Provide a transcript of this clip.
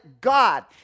God